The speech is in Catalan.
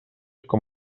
com